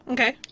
Okay